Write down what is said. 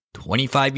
25